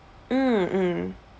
mm